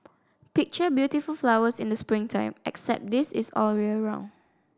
picture beautiful flowers in the spring time except this is all year round